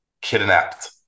kidnapped